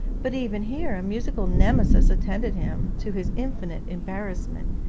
but even here a musical nemesis attended him, to his infinite embarrassment,